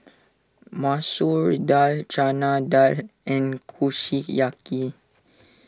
Masoor Dal Chana Dal and Kushiyaki